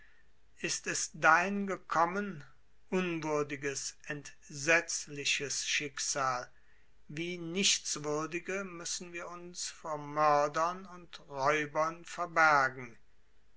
ist es dahin gekommen unwürdiges entsetzliches schicksal wie nichtswürdige müssen wir uns vor mördern und räubern verbergen